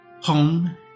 home